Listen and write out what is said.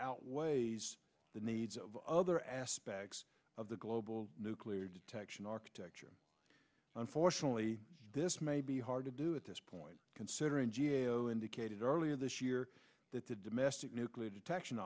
outweighs the needs of other aspects of the global nuclear detection architecture unfortunately this may be hard to do at this point considering g a o indicated earlier this year that the domestic nuclear detection